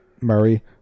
Murray